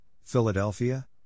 Philadelphia